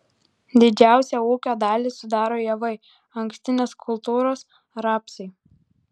didžiausią ūkio dalį sudaro javai ankštinės kultūros rapsai